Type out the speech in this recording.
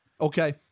Okay